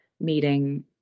meeting